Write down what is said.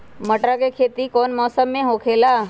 मटर के खेती कौन मौसम में होखेला?